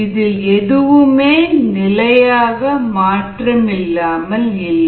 இதில் எதுவுமே நிலையாக மாற்றமில்லாமல் இல்லை